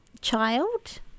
child